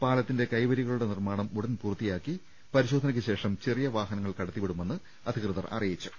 പാല ത്തിന്റെ കൈവരികളുടെ നിർമ്മാണം ഉടൻ പൂർത്തിയാക്കി പരിശോധനക്കുശേഷം ചെറിയ വാഹനങ്ങൾ കടത്തിവിടു മെന്ന് അധികൃതർ അറിയിച്ചു